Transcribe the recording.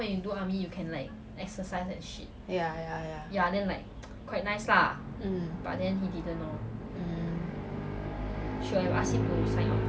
ya ya ya